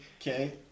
Okay